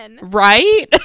Right